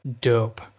dope